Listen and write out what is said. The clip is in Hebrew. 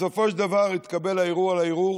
בסופו של דבר התקבל הערעור על הערעור,